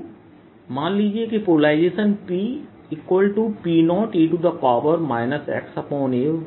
तो मान लीजिए कि पोलराइजेशन PP0e xa